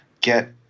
get